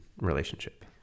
relationship